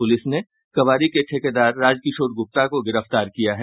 police ने कबाड़ी के ठेकेदार राजकिशोर गुप्ता को गिरफ्तार किया है